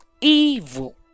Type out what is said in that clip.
Evil